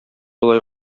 болай